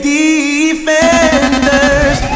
defenders